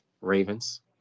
Ravens